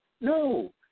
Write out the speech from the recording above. No